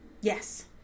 yes